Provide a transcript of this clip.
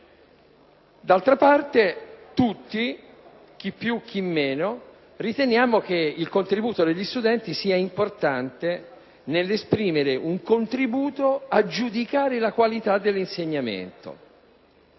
D'altra parte tutti, chi più chi meno, riteniamo che la partecipazione degli studenti sia importante nell'esprimere un contributo a giudicare la qualità dell'insegnamento.